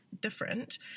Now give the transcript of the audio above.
different